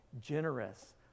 generous